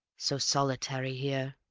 so solitary here